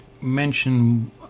mention